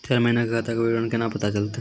चार महिना के खाता के विवरण केना पता चलतै?